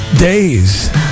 days